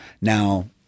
Now